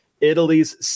Italy's